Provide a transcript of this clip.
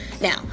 Now